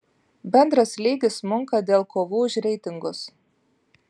bendras lygis smunka dėl kovų už reitingus